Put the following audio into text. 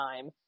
time